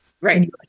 Right